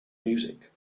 music